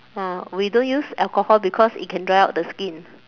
ah we don't use alcohol because it can dry out the skin